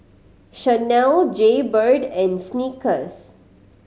Chanel Jaybird and Snickers